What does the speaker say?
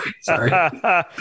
Sorry